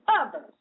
others